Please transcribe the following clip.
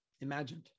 imagined